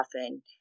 often